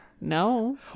no